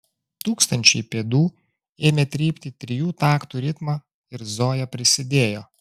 tūkstančiai pėdų ėmė trypti trijų taktų ritmą ir zoja prisidėjo